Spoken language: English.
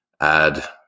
add